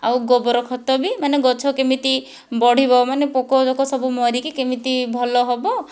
ଆଉ ଗୋବର ଖତ ବି ମାନେ ଗଛ କେମିତି ବଢ଼ିବ ମାନେ ପୋକ ଜୋକ ସବୁ ମରିକି କେମିତି ଭଲ ହେବ